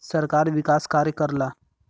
सरकार विकास कार्य करला